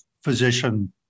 physician